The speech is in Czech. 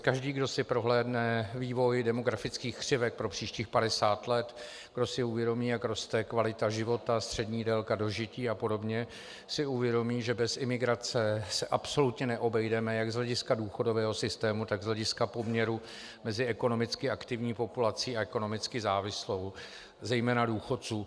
Každý, kdo si prohlédne vývoj demografických křivek pro příštích padesát let, kdo si uvědomí, jak roste kvalita života, střední délka dožití apod., si uvědomí, že bez imigrace se absolutně neobejdeme jak z hlediska důchodového systému, tak z hlediska poměru mezi ekonomicky aktivní populací a ekonomicky závislou, zejména důchodců.